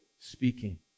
speaking